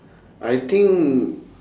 I think